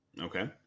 Okay